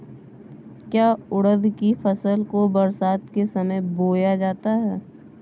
क्या उड़द की फसल को बरसात के समय बोया जाता है?